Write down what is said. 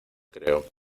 creo